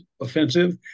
offensive